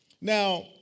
Now